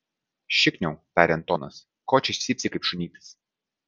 šikniau tarė antonas ko čia cypsi kaip šunytis